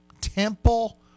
Temple